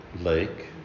lake